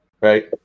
right